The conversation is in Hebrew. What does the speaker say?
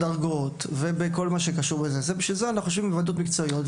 בדרגות ובכל מה שקשור לזה בשביל זה אנחנו יושבים בוועדות מקצועיות.